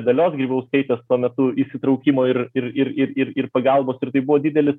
dalios grybauskaitės tuo metu įsitraukimo ir ir ir ir ir ir pagalbos ir tai buvo didelis